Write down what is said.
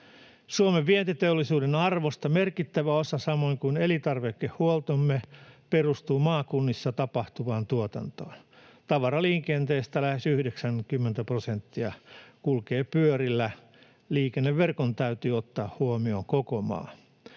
Suomen vientiteollisuuden arvosta merkittävä osa, samoin kuin elintarvikehuoltomme, perustuu maakunnissa tapahtuvaan tuotantoon. Tavaraliikenteestä lähes 90 prosenttia kulkee pyörillä. Liikenneverkon täytyy ottaa huomioon koko maa.